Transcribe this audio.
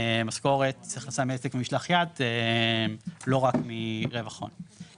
משכורת, הכנסה מעסק ומשלח יד, לא רק מרווח ההון.